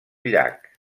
llac